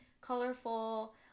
colorful